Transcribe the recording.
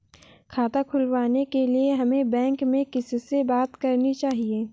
खाता खुलवाने के लिए हमें बैंक में किससे बात करनी चाहिए?